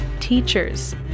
teachers